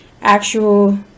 Actual